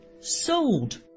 sold